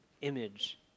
image